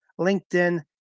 LinkedIn